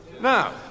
Now